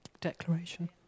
declaration